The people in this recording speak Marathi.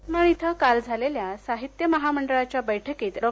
यवतमाळ इथं काल झालेल्या साहित्य महामंडळाच्या बैठकीत डॉ